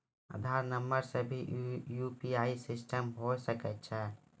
आधार नंबर से भी यु.पी.आई सिस्टम होय सकैय छै?